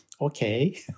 okay